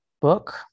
book